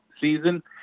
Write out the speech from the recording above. season